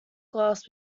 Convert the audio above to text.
glass